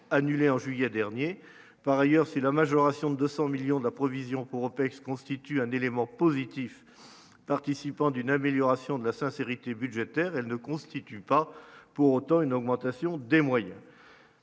annulée en juillet dernier, par ailleurs, si la majoration de 100 millions de la provision pour OPEX constitue un élément positif participant d'une amélioration de la sincérité budgétaire, elle ne constitue pas pour autant une augmentation des moyens.